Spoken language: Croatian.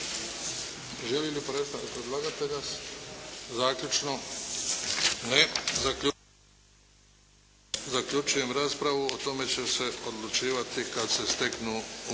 Želi li predstavnik predlagatelja zaključno? Ne. Zaključujem raspravu. O tome će se odlučivati kad se steknu uvjeti.